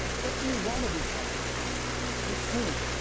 what do you want to be talking about with whom?